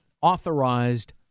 authorized